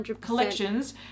collections